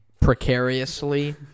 precariously